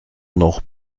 noch